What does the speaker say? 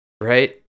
Right